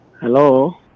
Hello